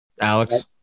alex